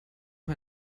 mal